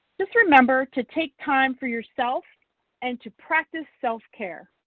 just remember to take time for yourself and to practice self-care.